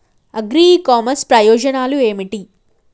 Agri e commerce ప్రయోజనాలు ఏమిటి?